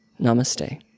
Namaste